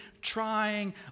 trying